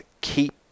keep